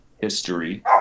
history